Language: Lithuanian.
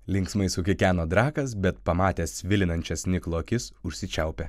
linksmai sukikeno drakas bet pamatęs svilinančias niklo akis užsičiaupė